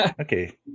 Okay